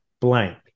blank